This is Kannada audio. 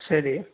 ಸರಿ